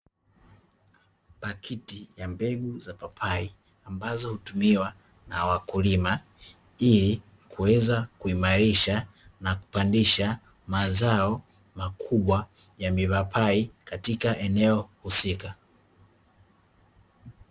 Pakiti ya mbegu za papai ambazo hutumiwa na wakulima ili kuweza kuimarisha na kupandisha mazao makubwa ya mipapai katika eneo husika.